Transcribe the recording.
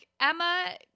Emma